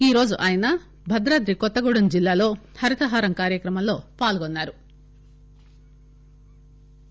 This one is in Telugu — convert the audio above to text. ఈరోజు ఆయన భద్రాద్రి కొత్తగూడెం జిల్లాలో హరితహారం కార్యక్రమలో పాల్గొన్నారు